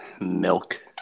Milk